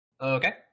Okay